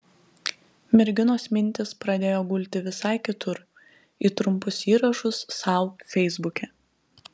merginos mintys pradėjo gulti visai kitur į trumpus įrašus sau feisbuke